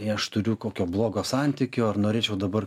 jei aš turiu kokio blogo santykio ar norėčiau dabar